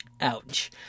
Ouch